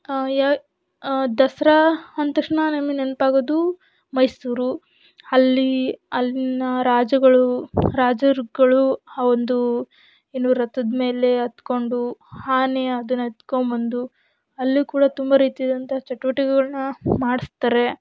ದಸರಾ ಅಂದ ತಕ್ಷಣ ನಮಗೆ ನೆನಪಾಗೋದು ಮೈಸೂರು ಅಲ್ಲಿ ಅಲ್ಲಿನ ರಾಜಗಳು ರಾಜರುಗಳು ಆ ಒಂದು ಏನು ರಥದ ಮೇಲೆ ಹತ್ಕೊಂಡು ಆನೆ ಅದನ್ನ ಎತ್ಕೊಂಬಂದು ಅಲ್ಲೂ ಕೂಡ ತುಂಬ ರೀತಿಯಾದಂಥ ಚಟುವಟಿಕೆಗಳನ್ನ ಮಾಡಿಸ್ತಾರೆ